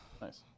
Nice